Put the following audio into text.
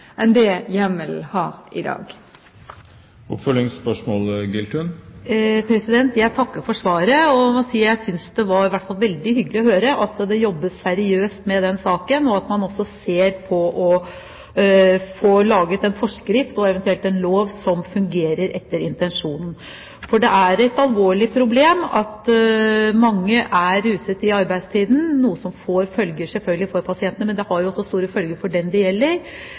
enn det hjemmelen gjør i dag. Jeg takker for svaret. Jeg synes det var veldig hyggelig å høre at det jobbes seriøst med denne saken, og at man også arbeider med å få laget en forskrift og eventuelt en lov som fungerer etter intensjonen. Det er et alvorlig problem at mange er ruset i arbeidstiden, noe som får følger selvfølgelig for pasientene, men det har også store følger for den det gjelder,